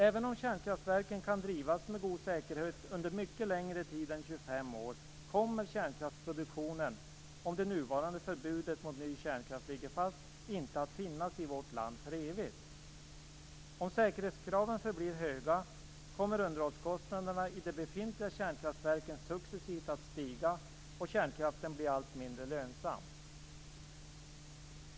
Även om kärnkraftverken kan drivas med god säkerhet under mycket längre tid än 25 år kommer kärnkraftsproduktionen, om det nuvarande förbudet mot ny kärnkraft ligger fast, inte att finnas i vårt land för evigt. Om säkerhetskraven blir för höga kommer underhållskostnaderna i de befintliga kärnkraftverken successivt att stiga, och kärnkraften blir allt mindre lönsam.